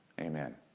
amen